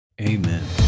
Amen